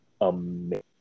amazing